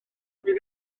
ddim